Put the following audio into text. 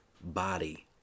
body